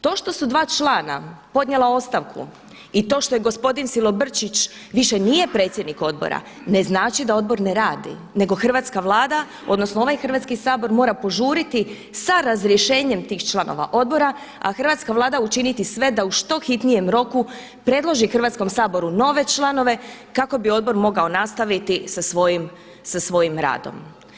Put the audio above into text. To što su dva člana podnijela ostavku i to što je gospodin Silobrčić više nije predsjednik odbora, ne znači da odbor ne radi nego hrvatska Vlada odnosno ovaj Hrvatski sabor mora požuriti sa razrješenjem tih članova odbora, a hrvatska Vlada učiniti sve da u što hitnijem roku predloži Hrvatskom saboru nove članove kako bi odbor mogao nastaviti sa svojim radom.